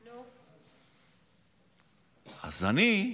אז אני,